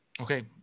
Okay